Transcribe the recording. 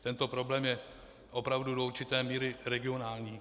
Tento problém je opravdu do určité míry regionální.